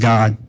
God